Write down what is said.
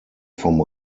vom